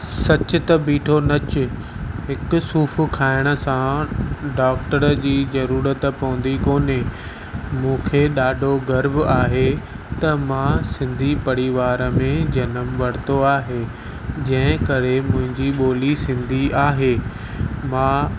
सचु त बिठो नच हिकु सूफ़ु खाइण सां डॉक्टर जी ज़रूरत पवंदी कोन्हे मूंखे ॾाढो गर्व आहे त मां सिंधी परिवार में जनमु वरितो आहे जंहिं करे मुंहिंजी ॿोली सिंधी आहे मां